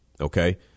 okay